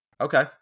Okay